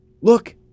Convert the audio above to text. look